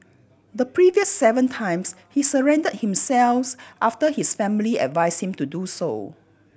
the previous seven times he surrendered himself's after his family advised him to do so